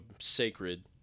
sacred